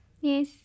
Yes